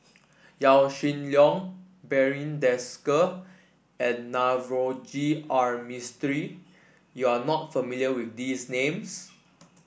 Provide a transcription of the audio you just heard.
Yaw Shin Leong Barry Desker and Navroji R Mistri You are not familiar with these names